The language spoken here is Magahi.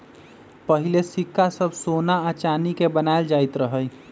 पहिले सिक्का सभ सोना आऽ चानी के बनाएल जाइत रहइ